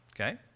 Okay